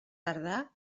tardà